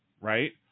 right